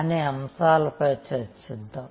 అనే అంశాలపై చర్చిద్దాం